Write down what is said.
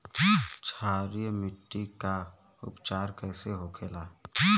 क्षारीय मिट्टी का उपचार कैसे होखे ला?